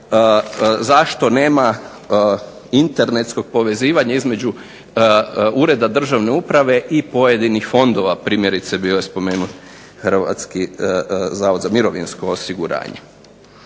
zašto nema internetskog povezivanja između ureda državne uprave i pojedinih fondova, primjerice bio je spomenut HZMO. Zašto to ne radi